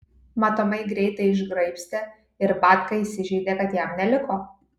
matomai greitai išgraibstė ir batka įsižeidė kad jam neliko